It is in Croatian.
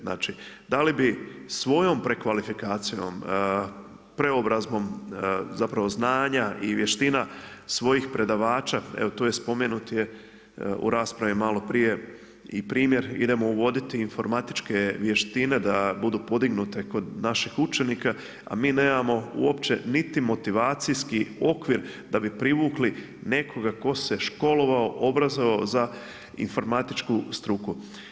Znači a li bi svojom prekvalifikacijom, preobrazbom zapravo znanja i vještina svojih predavača, evo tu je spomenut je u raspravi malo prije i primjer, idemo uvoditi informatičke vještine da budu podignute kod naših učenika a mi nemamo uopće niti motivacijski okvir da bi privukli nekoga tko se školovao, obrazovao za informatičku struku.